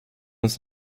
uns